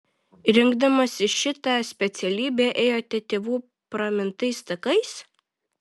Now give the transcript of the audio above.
rinkdamasi šitą specialybę ėjote tėvų pramintais takais